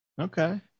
Okay